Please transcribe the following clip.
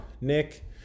Nick